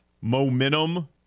Momentum